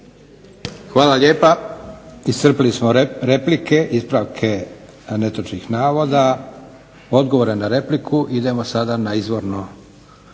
Hvala lijepa. Iscrpili smo replike i ispravke netočnih navoda i odgovora na repliku. Idemo sada na izvornu